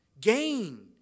Gain